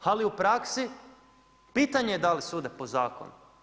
Ali u praksi, pitanje je da li sude po zakonu.